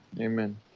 Amen